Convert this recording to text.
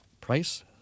price